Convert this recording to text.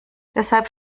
deshalb